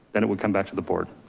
and it would come back to the board.